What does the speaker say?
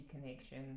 connection